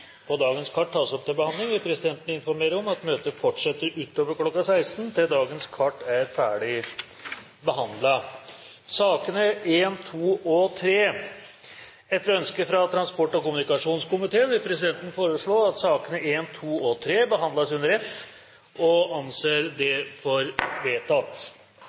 på dagens kart tas opp til behandling, vil presidenten informere om at møtet fortsetter utover kl. 16 til dagens kart er ferdigbehandlet. Etter ønske fra transport- og kommunikasjonskomiteen vil presidenten foreslå at sakene nr. 1, 2 og 3 behandles under ett – og anser det for vedtatt.